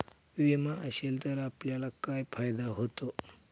विमा असेल तर आपल्याला काय फायदा होतो?